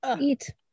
Eat